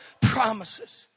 promises